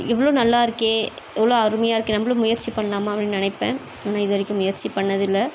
இவ்வளோ நல்லாருக்கே எவ்ளோ அருமையாக இருக்கே நம்மளும் முயற்சி பண்ணலாமா அப்படின்னு நினைப்பேன் ஆனால் இது வரைக்கும் முயற்சி பண்ணதில்லை